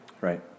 Right